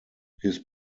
his